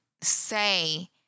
say